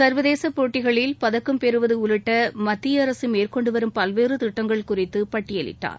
சர்வதேச விளையாட்டுப் போட்டிகளில் பதக்கம் பெறுவது உள்ளிட்ட மத்திய அரசு மேற்கொண்டு வரும் பல்வேறு திட்டங்கள் குறித்து பட்டியலிட்டார்